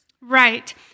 Right